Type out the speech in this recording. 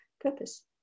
purpose